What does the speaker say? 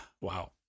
wow